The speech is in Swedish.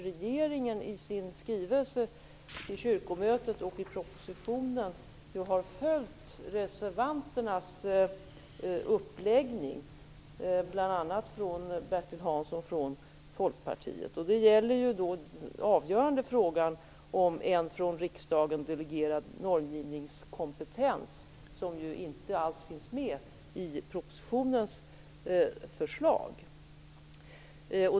Regeringen har ju i sin skrivelse till Det gäller den avgörande frågan om en från riksdagen delegerad normgivningskompetens, som inte alls finns med i propositionens förslag.